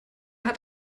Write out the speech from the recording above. hat